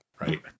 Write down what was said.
right